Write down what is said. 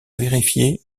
vérifiés